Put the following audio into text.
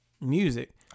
Music